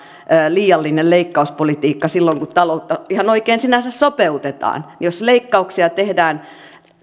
liiallinen leikkauspolitiikka silloin kun taloutta ihan oikein sinänsä sopeutetaan jos leikkauksia tehdään